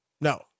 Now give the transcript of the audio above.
No